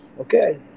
Okay